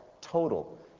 total